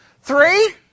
Three